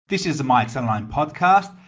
this is the my excel online podcast,